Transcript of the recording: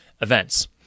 events